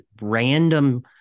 random